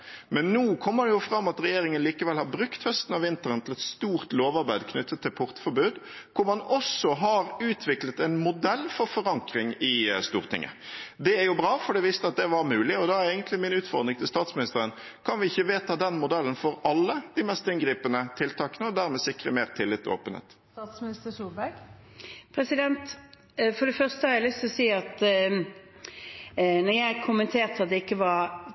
Men nå kommer det fram at regjeringen likevel har brukt høsten og vinteren til et stort lovarbeid knyttet til portforbud, hvor man også har utviklet en modell for forankring i Stortinget. Det er bra, for det viste at det var mulig. Da er egentlig min utfordring til statsministeren: Kan vi ikke vedta den modellen for alle de mest inngripende tiltakene og dermed sikre mer tillit og åpenhet? For det første har jeg lyst til å si at når jeg kommenterte at det ikke var